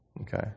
Okay